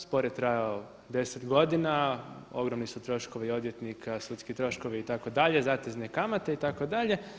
Spor je trajao 10 godina, ogromni su troškovi odvjetnika, sudski troškovi itd., zatezne kamate itd.